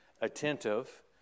attentive